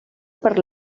per